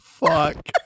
Fuck